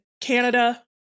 Canada